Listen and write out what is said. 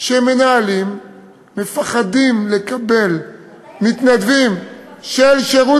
שמנהלים מפחדים לקבל מתנדבים של שירות